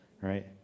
right